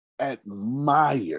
admire